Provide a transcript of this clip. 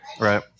Right